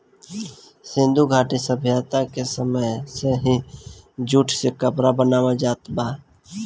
सिंधु घाटी सभ्यता के समय से ही जूट से कपड़ा बनावल जात बा